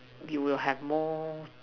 you will have more